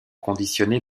conditionné